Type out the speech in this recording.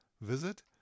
visit